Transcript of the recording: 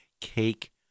cake